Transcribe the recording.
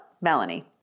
Melanie